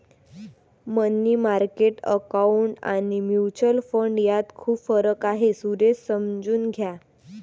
मनी market account आणि mutual fund यात खूप फरक आहे, सुरेश समजून घ्या